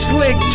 Slick